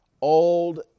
Old